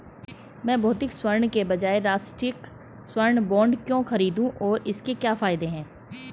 मैं भौतिक स्वर्ण के बजाय राष्ट्रिक स्वर्ण बॉन्ड क्यों खरीदूं और इसके क्या फायदे हैं?